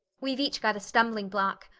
we've each got a stumbling block.